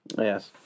Yes